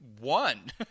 one